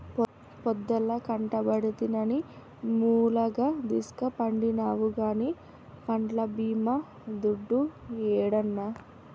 పొద్దల్లా కట్టబడితినని ములగదీస్కపండినావు గానీ పంట్ల బీమా దుడ్డు యేడన్నా